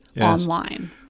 online